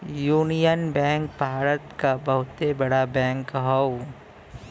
union Bank Bharat क बहुते बड़ा बैंक हौ